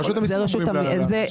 רשות המיסים יכולה לומר.